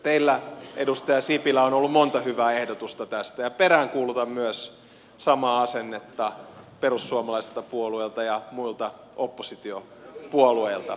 teillä edustaja sipilä on ollut monta hyvää ehdotusta tästä ja peräänkuulutan samaa asennetta myös perussuomalaiselta puolueelta ja muilta oppositiopuolueilta